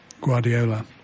Guardiola